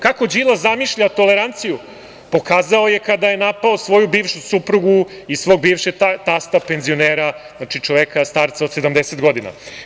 Kako Đilas zamišlja toleranciju pokazao je kada je napao svoju bivšu suprugu i svog bivšeg tasta, penzionera, znači, čoveka, starca od 70 godina.